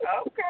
Okay